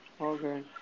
Okay